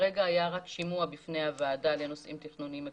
כרגע היה רק שימוע בפני הוועדה לנושאים תכנוניים עקרוניים.